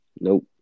Nope